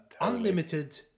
unlimited